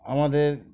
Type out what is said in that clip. আমাদের